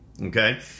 okay